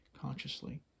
Consciously